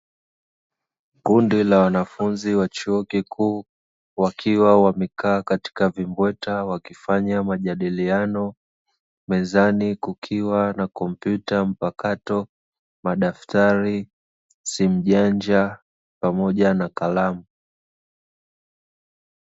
Kundi la wanafunzi wa chuo kikuu, wakiwa wamekaa katika vimbweta, wakifanya majadiliano. Mezani kukiwa na kompyuta mpakato madaftari, simujanja pamoja na kalamu.